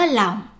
lòng